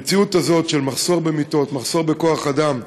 המציאות הזאת של מחסור במיטות, מחסור בכוח-אדם,